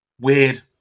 Weird